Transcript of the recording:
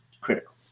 critical